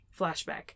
Flashback